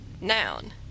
noun